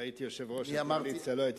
אם הייתי יושב-ראש הקואליציה לא הייתי